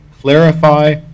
clarify